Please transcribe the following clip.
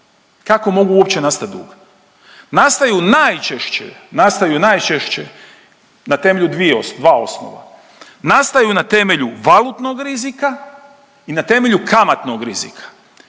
kako mogu uopće nastat dug. Nastaju najčešće, nastaju najčešće na temelju dvije, dva osnova. Nastaju na temelju valutnog rizika i na temelju kamatnog rizika